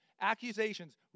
accusations